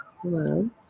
club